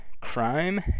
crime